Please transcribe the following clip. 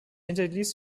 hinterließ